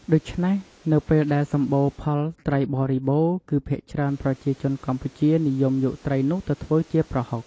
ដូច្នេះ នៅពេលដែលសម្បូរផលត្រីបរិបូរណ៍ គឺភាគច្រើនប្រជាជនកម្ពុជានិយមយកត្រីនោះទៅធ្វើជាប្រហុក។